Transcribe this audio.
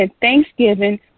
thanksgiving